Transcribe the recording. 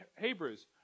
Hebrews